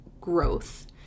growth